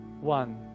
One